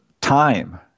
time